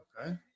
Okay